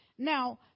Now